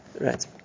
Right